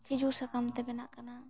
ᱠᱷᱤᱡᱩᱨ ᱥᱟᱠᱟᱢ ᱛᱮ ᱵᱮᱱᱟᱜ ᱠᱟᱱᱟ